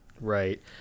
Right